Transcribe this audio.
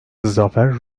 zafer